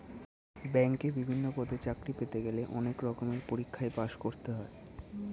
ব্যাংকে বিভিন্ন পদে চাকরি পেতে গেলে অনেক রকমের পরীক্ষায় পাশ করতে হয়